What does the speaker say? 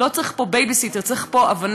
לא צריך פה בייביסיטר, צריך פה הבנה